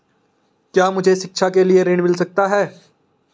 क्या मुझे शिक्षा के लिए ऋण मिल सकता है?